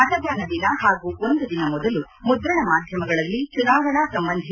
ಮತದಾನ ದಿನ ಹಾಗೂ ಒಂದು ದಿನ ಮೊದಲು ಮುದ್ರಣ ಮಾಧ್ಯಮಗಳಲ್ಲಿ ಚುನಾವಣಾ ಸಂಬಂಧಿ